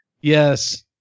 yes